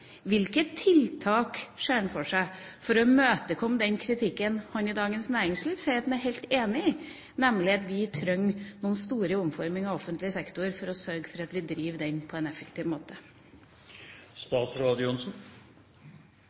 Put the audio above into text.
for å imøtekomme den kritikken han i Dagens Næringsliv sier at han er helt enig i, nemlig at vi trenger noen store omforminger i offentlig sektor for å drive den på en effektiv måte?